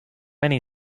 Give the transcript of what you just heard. many